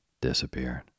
disappeared